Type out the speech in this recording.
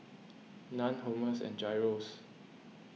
Naan Hummus and Gyros